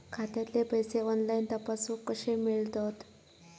खात्यातले पैसे ऑनलाइन तपासुक कशे मेलतत?